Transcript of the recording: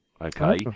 okay